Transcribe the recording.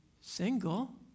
single